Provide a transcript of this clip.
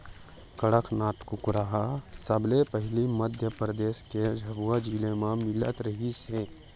कड़कनाथ कुकरा ह सबले पहिली मध्य परदेस के झाबुआ जिला म मिलत रिहिस हे